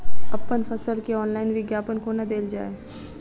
अप्पन फसल केँ ऑनलाइन विज्ञापन कोना देल जाए?